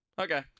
Okay